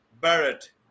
Barrett